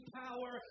power